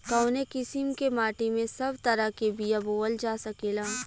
कवने किसीम के माटी में सब तरह के बिया बोवल जा सकेला?